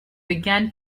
began